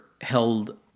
held